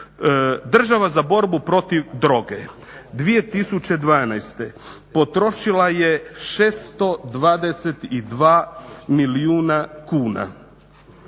Država za borbu protiv droge 2012. potrošila je 622 milijuna kuna.